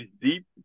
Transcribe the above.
deep